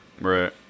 Right